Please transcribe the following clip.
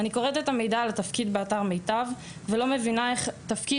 אני קוראת את המידע על התפקיד באתר מיטב ולא מבינה איך תפקיד